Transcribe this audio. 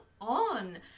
on